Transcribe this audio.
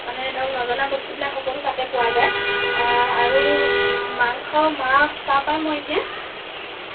মানে ধৰক নজনা বস্তু বিলাক সকলো তাতে পোৱা যায় আৰু মাংস মাছ তাৰপৰাই মই এতিয়া